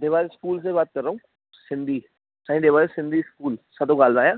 दीवान school से बात कर रहा हूं सिंधी साईं दीवान सिंधी स्कूल सां थो ॻाल्हायां